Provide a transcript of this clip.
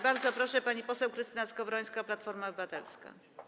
Bardzo proszę, pani poseł Krystyna Skowrońska, Platforma Obywatelska.